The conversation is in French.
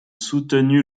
soutenu